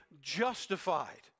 justified